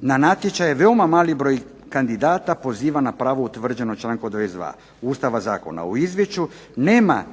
na natječaje veoma mali broj kandidata poziva na pravo utvrđeno u članku 22. Ustava zakona. U Izvješću nema